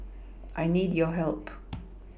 I need your help